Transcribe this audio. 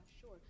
Sure